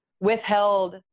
withheld